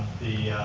the,